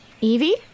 Evie